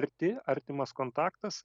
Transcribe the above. arti artimas kontaktas